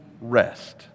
rest